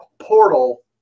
portal